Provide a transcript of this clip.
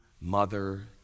mother